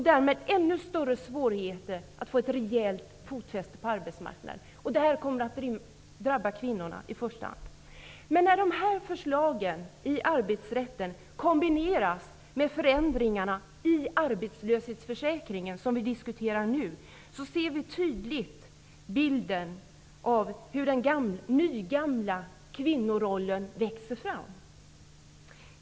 Därigenom blir det ännu svårare att få ett rejält fotfäste på arbetsmarknaden. När förslagen om förändringar i arbetsrätten kombineras med de förslag till förändringar i arbetslöshetsförsäkringen som vi nu diskuterar, ser vi tydligt hur den ''nygamla'' kvinnorollen växer fram.